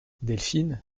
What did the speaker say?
delphine